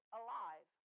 alive